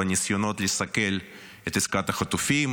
בניסיונות לסכל את עסקת החטופים,